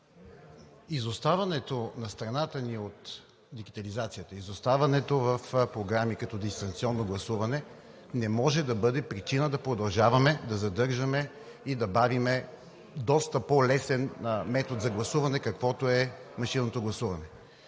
Изоставането на страната ни от дигитализацията, изоставането в програми, като дистанционно гласуване не може да бъде причина да продължаваме да задържаме и да бавим доста по-лесен метод за гласуване, каквото е машинното гласуване.